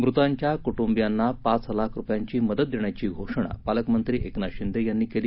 मृतांच्या कुटुंबियांना पाच लाख रुपयांची मदत देण्याची घोषणा पालकमंत्री एकनाथ शिंदे यांनी केली